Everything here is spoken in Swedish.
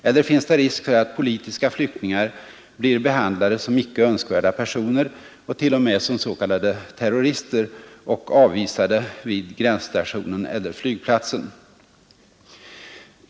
Eller finns det risk för att politiska flyktingar blir behandlade som ”icke önskvärda” personer och t.o.m. som s.k. terrorister och avvisade vid gränsstationen eller flygplatsen?